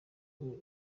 wawe